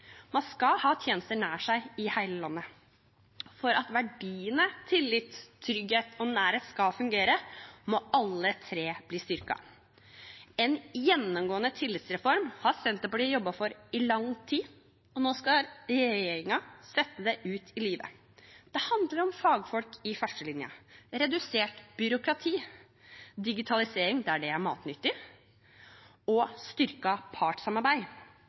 man ha like muligheter. Man skal ha tjenester nær seg i hele landet. For at verdiene tillit, trygghet og nærhet skal fungere, må alle tre bli styrket. En gjennomgående tillitsreform har Senterpartiet jobbet for i lang tid, og nå skal regjeringen sette det ut i livet. Det handler om fagfolk i førstelinja, redusert byråkrati, digitalisering der det er matnyttig, og styrket partssamarbeid.